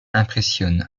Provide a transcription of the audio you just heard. impressionne